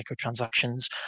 microtransactions